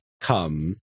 come